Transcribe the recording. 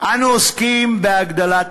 אנו עוסקים בהגדלת